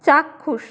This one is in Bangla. চাক্ষুষ